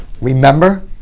Remember